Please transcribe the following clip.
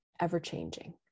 ever-changing